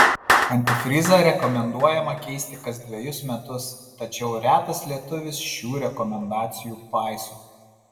antifrizą rekomenduojama keisti kas dvejus metus tačiau retas lietuvis šių rekomendacijų paiso